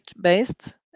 based